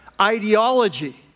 ideology